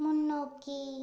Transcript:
முன்னோக்கி